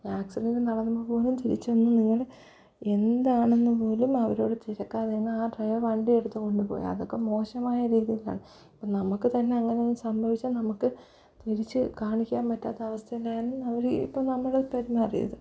accident നടന്നപ്പം പോലും തിരിച്ചൊന്നു നിങ്ങൾ എന്താണെന്നുപോലും അവരോടു തിരക്കാതെയാണ് ആ ഡ്രൈവർ വണ്ടി എടുത്തു കൊണ്ടു പോയി അതൊക്കെ മോശമായ രീതിയിലാണ് ഇപ്പം നമുക്കു തന്നെ അങ്ങനെ സംഭവിച്ചാൽ നമുക്ക് തിരിച്ചു കാണിക്കാൻ പറ്റാത്ത അവസ്ഥയിലായതു കൊണ്ട് അവർ ഇപ്പം നമ്മൾ പെരുമാറിയത്